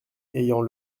ayant